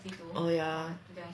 oh ya